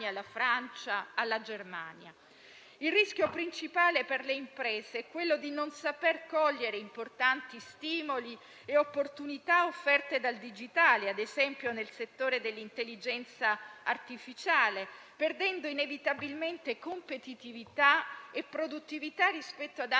alla Francia, alla Germania). Il rischio principale per le imprese è quello di non saper cogliere importanti stimoli e opportunità offerte dal digitale, ad esempio nel settore dell'intelligenza artificiale, perdendo inevitabilmente competitività e produttività rispetto ad altre